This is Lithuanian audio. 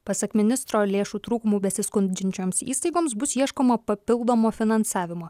pasak ministro lėšų trūkumu besiskundžiančioms įstaigoms bus ieškoma papildomo finansavimo